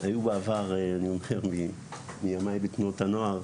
היו בעבר, בתנועות הנוער,